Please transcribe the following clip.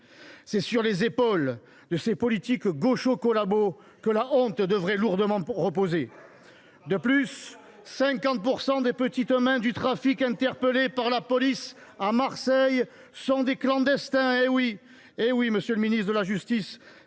C’est sur les épaules de ces politiques gauchos collabos que la honte devrait lourdement reposer ! Parlons en, des collabos ! De plus, 50 % des petites mains du trafic interpellées par la police à Marseille sont des clandestins. Eh oui, monsieur le ministre de la justice,